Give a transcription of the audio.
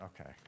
okay